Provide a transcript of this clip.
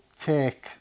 take